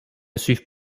suivent